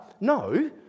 No